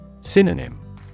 Synonym